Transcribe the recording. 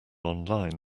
online